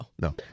No